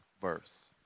verse